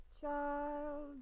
Child